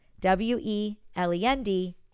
W-E-L-E-N-D